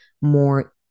more